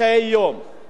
על אלה אנחנו מדברים,